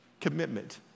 commitment